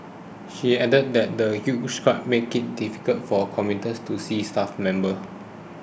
she added that the huge crowd made it difficult for commuters to see staff members